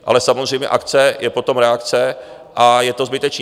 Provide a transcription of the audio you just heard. Ale samozřejmě akce, je potom reakce a je to zbytečné.